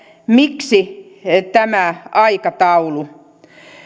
miksi tämä aikataulu